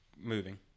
moving